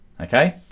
Okay